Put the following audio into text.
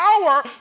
power